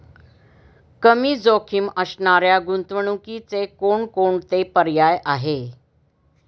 कमी जोखीम असणाऱ्या गुंतवणुकीचे कोणकोणते पर्याय आहे?